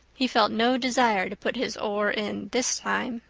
he felt no desire to put his oar in this time.